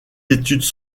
études